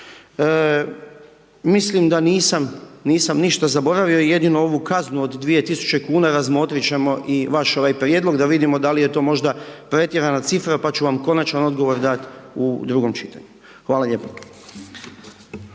nisam, nisam ništa zaboravio, jedino ovu kaznu od 2000 kuna, razmotrit ćemo i vaš ovaj prijedlog, da vidimo dal' je to možda pretjerana cifra, pa ću vam konačan odgovor dat' u drugom čitanju. Hvala lijepo.